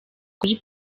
kuri